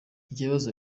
ikibazo